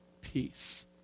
peace